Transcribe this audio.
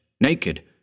naked